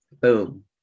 Boom